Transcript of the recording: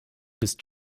bist